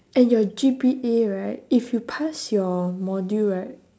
and your G_P_A right if you pass your module right